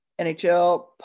NHL